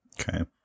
Okay